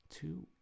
two